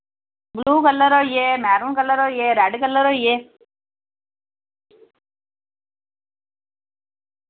blue colour होइये maroon colour होइये red colour होइये